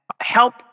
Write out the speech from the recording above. help